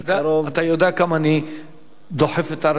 אתה יודע כמה אני דוחף את הרפורמה